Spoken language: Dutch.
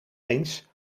eens